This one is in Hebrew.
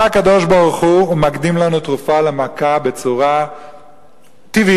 בא הקדוש-ברוך-הוא ומקדים לנו תרופה למכה בצורה טבעית.